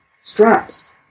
Straps